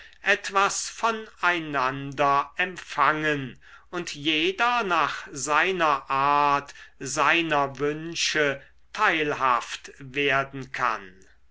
etwas von einander empfangen und jeder nach seiner art seiner wünsche teilhaft werden kann